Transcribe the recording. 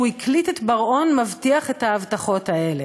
הקליט את בר-און מבטיח את ההבטחות האלה.